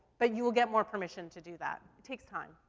but you will get more permission to do that. it takes time,